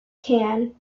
can